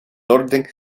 norden